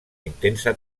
intensa